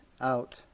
out